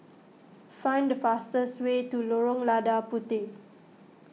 find the fastest way to Lorong Lada Puteh